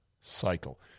cycle